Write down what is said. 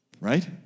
Right